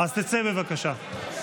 אז תצא, בבקשה.